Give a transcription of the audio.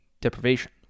deprivation